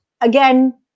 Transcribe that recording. Again